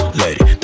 lady